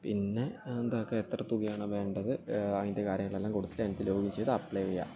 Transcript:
പിന്നെ എന്താക്കുക എത്ര തുകയാണ് വേണ്ടത് അതിൻ്റെ കാര്യങ്ങളെല്ലാം കൊടുത്തുകഴിഞ്ഞിട്ട് ലോഗിൻ ചെയ്ത് അപ്ലൈയെയ്യാ